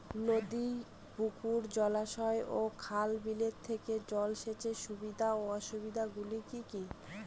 নদী পুকুর জলাশয় ও খাল বিলের থেকে জল সেচের সুবিধা ও অসুবিধা গুলি কি কি?